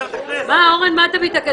אורן, מה אתה מתעקש?